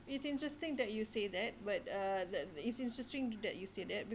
it's interesting that you say that but uh the the it's interesting that you said that